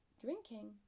drinking